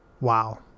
Wow